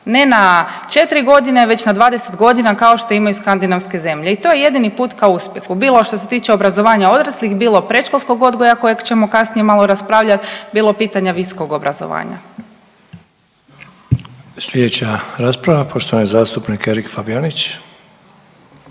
ne na 4.g. već na 20.g. kao što imaju skandinavske zemlje i to je jedini put ka uspjehu bilo šta se tiče obrazovanja odraslih, bilo predškolskog odgoja kojeg ćemo kasnije malo raspravljat, bilo pitanja visokog obrazovanja. **Sanader, Ante (HDZ)** Slijedeća rasprava poštovani zastupnik Erik Fabijanić.